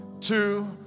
two